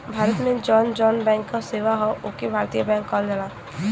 भारत में जौन जौन बैंक क सेवा हौ ओके भारतीय बैंक कहल जाला